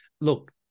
look